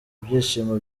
ibyishimo